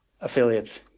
affiliates